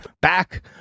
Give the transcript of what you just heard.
back